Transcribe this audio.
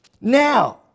Now